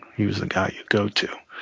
he was the guy you'd go to.